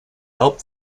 help